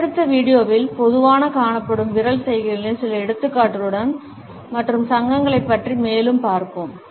அடுத்தடுத்த வீடியோவில் பொதுவாக காணப்படும் விரல் சைகைகளின் சில எடுத்துக்காட்டுகள் மற்றும் சங்கங்களைப் பற்றி மேலும் பார்ப்போம்